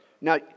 Now